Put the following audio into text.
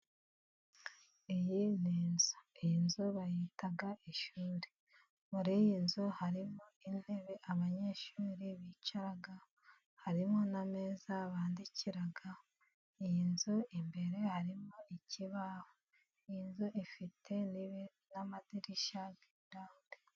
Iyi ni inzu. iyi nzu bayita ishuri. Muri iyi nzu harimo intebe abanyeshuri bicaraho, harimo n'ameza bandikiraho, iyi nzu imbere harimo ikibaho, inzu ifitebe n'amadirishya.